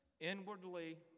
inwardly